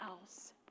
else